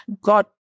God